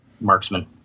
marksman